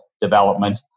development